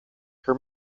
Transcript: her